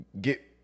get